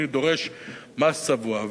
אני דורש מס צבוע.